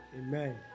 Amen